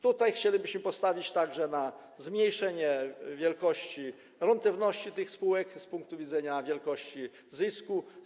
Tutaj chcielibyśmy postawić także na zmniejszenie rentowności tych spółek z punktu widzenia wielkości zysku.